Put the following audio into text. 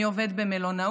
מי עובד במלונאות?